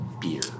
beer